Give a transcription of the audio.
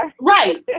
Right